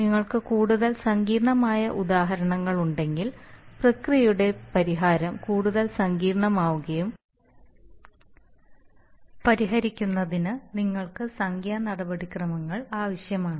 നിങ്ങൾക്ക് കൂടുതൽ സങ്കീർണ്ണമായ ഉദാഹരണങ്ങളുണ്ടെങ്കിൽ പ്രക്രിയയുടെ പരിഹാരം കൂടുതൽ സങ്കീർണ്ണമാവുകയും പരിഹരിക്കുന്നതിന് നിങ്ങൾക്ക് സംഖ്യാ നടപടിക്രമങ്ങൾ ആവശ്യമാണ്